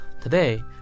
Today